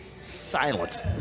Silent